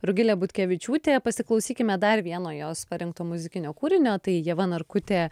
rugilė butkevičiūtė pasiklausykime dar vieno jos parengto muzikinio kūrinio tai ieva narkutė